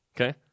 okay